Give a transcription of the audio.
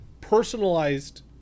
personalized